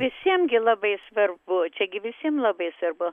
visiem gi labai svarbu čia gi visiem labai svarbu